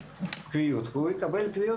קרסיק התייחס אליו, זאת תכנית קמ"ע